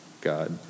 God